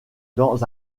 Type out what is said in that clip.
dans